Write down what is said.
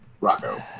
Rocco